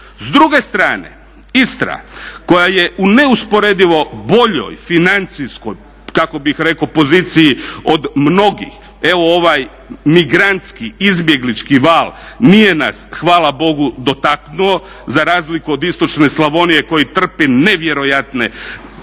S druge strane Istra koja je u neusporedivo boljoj financijskoj kako bih rekao poziciji od mnogih. Evo ovaj migrantski, izbjeglički val nije nas hvala Bogu dotaknuo za razliku od istočne Slavonije koji trpi nevjerojatne i trpjeti